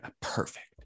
Perfect